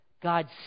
God's